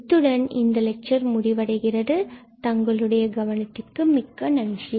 எனவே இத்துடன் இந்த லெக்சர் முடிவடைகிறது தங்களுடைய கவனத்திற்கு மிக்க நன்றி